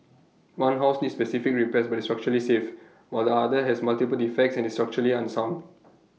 one house needs specific repairs but is structurally safe while the other has multiple defects and is structurally unsound